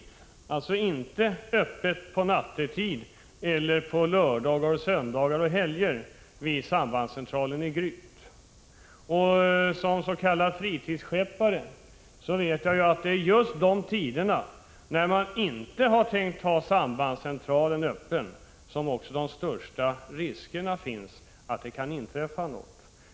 Man skulle alltså inte ha öppet nattetid eller på lördagar och söndagar eller under helger vid sambandscentralen i Gryt. Som s.k. fritidsskeppare vet jag att det är just under de tider, då man alltså inte tänkt ha sambandscentralen öppen, som det största riskerna finns att någonting kan inträffa.